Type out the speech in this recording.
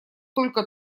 только